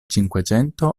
cinquecento